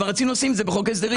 אבל רצינו לשים את זה בחוק ההסדרים.